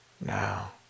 now